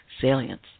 salience